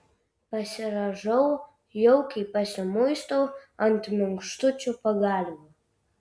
pasirąžau jaukiai pasimuistau ant minkštučių pagalvių